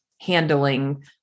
handling